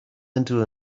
into